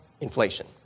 inflation